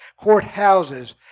courthouses